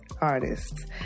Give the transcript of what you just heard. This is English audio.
Artists